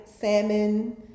salmon